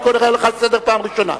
אני קורא לך לסדר פעם ראשונה.